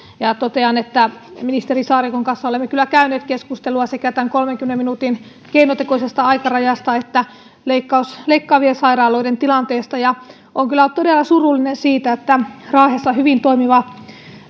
totean että ministeri saarikon kanssa olemme kyllä käyneet keskustelua sekä tästä kolmenkymmenen minuutin keinotekoisesta aikarajasta että leikkaavien sairaaloiden tilanteesta ja olen kyllä todella surullinen siitä että raahessa hyvin toimiva